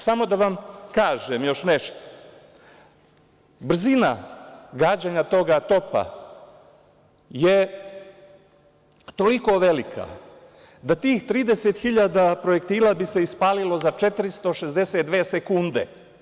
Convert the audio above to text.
Samo da vam kažem još nešto, brzina gađanja toga topa je toliko velika da tih 30.000 projektila bi se ispalilo za 462 sekunde.